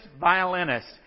violinist